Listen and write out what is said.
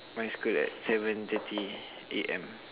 my school at seven thirty A M